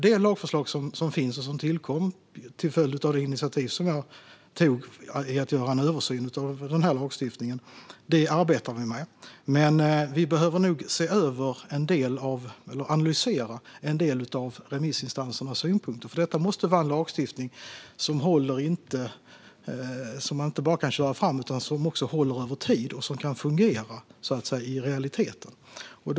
Det lagförslag som finns - och som tillkom till följd av det initiativ till att göra en översyn av lagstiftningen som jag tog - arbetar vi med, men vi behöver nog analysera en del av remissinstansernas synpunkter. Detta måste nämligen vara en lagstiftning som inte bara kan köras fram utan även håller över tid och kan fungera i realiteten, så att säga.